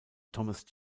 thomas